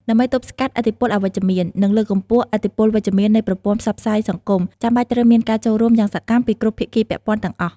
ដើម្បីទប់ស្កាត់ឥទ្ធិពលអវិជ្ជមាន និងលើកកម្ពស់ឥទ្ធិពលវិជ្ជមាននៃប្រព័ន្ធផ្សព្វផ្សាយសង្គម ចាំបាច់ត្រូវមានការចូលរួមយ៉ាងសកម្មពីគ្រប់ភាគីពាក់ព័ន្ធទាំងអស់។